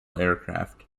aircraft